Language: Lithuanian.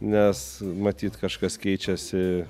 nes matyt kažkas keičiasi